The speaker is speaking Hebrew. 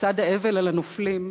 בצד האבל על הנופלים,